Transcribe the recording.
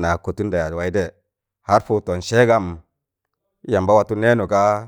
na kọtụn da yaaz waị tẹịjẹ har pụụttọn sẹgam yamba watụ nẹẹnụ gaa